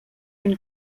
been